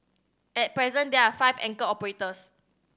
at present there are five anchor operators